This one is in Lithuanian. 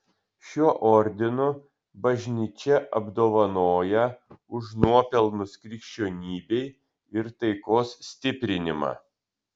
šiuo ordinu bažnyčia apdovanoja už nuopelnus krikščionybei ir taikos stiprinimą